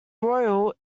royal